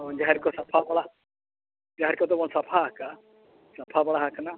ᱦᱳᱭ ᱡᱟᱦᱮᱨ ᱠᱚ ᱥᱟᱯᱷᱟ ᱵᱟᱲᱟ ᱡᱟᱦᱮᱨ ᱠᱚᱫᱚ ᱵᱚᱱ ᱥᱟᱯᱷᱟ ᱟᱠᱟᱜᱼᱟ ᱥᱟᱯᱷᱟ ᱵᱟᱲᱟ ᱟᱠᱟᱱᱟ